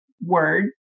Word